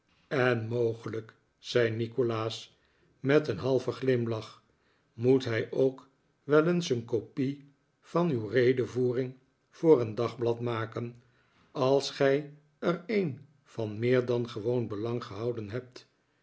en mogelijk zei nikolaas met een halven glimlach moet hij ook wel eens een kopie van uw redevoering voor een dagblad maken als gij er een van meer dan gewoon belang gehouden hebt